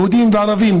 יהודים וערבים,